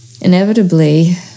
inevitably